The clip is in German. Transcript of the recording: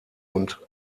und